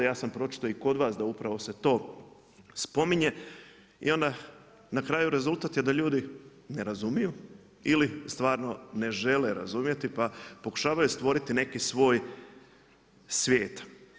Ja sam pročitao i kod vas da upravo se to spominje i onda na kraju rezultat je da ljudi ne razumiju ili stvarno ne žele razumjeti, pa pokušavaju stvoriti neki svoj svijet.